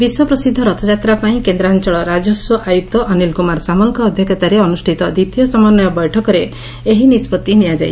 ବିଶ୍ୱପ୍ରସିଦ୍ଧ ରଥଯାତ୍ରା ପାଇଁ କେନ୍ଦ୍ରାଞ୍ଅଳ ରାଜସ୍ୱ ଆୟୁକ୍ତ ଅନିଲ କୁମାର ସାମଲଙ୍କ ଅଧ୍ୟକ୍ଷତାରେ ଅନୁଷ୍ତିତ ଦ୍ୱିତୀୟ ସମନ୍ୱୟ ବୈଠକରେ ଏହି ନିଷ୍ବଭି ନିଆଯାଇଛି